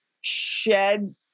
shed